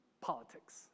politics